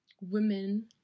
women